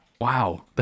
Wow